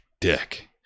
dick